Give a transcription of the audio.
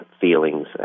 feelings